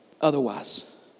Otherwise